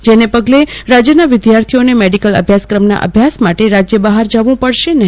જેને પગલે રાજ્યના વિદ્યાર્થીઓને મેડીકલ અભ્યાસક્રમના અભ્યાસ માટે રાજ્ય બહાર જવું પડશે નહી